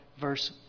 verse